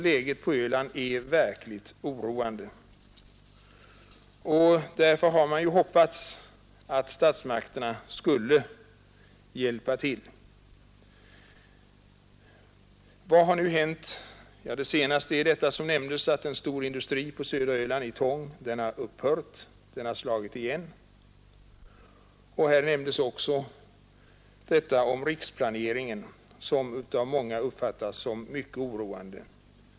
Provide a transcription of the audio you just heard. Läget på Öland är alltså verkligt oroande, och man hoppas nu på statsmakternas hjälp. Vad har nu hänt? Det sista är, så som redan nämnts, att ytongfabriken på södra Öland har slagit igen. Här nämndes också riksplaneringen, som av många uppfattats som mycket oroande.